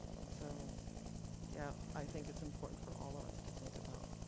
and so yeah, i think it's important for all of us to think about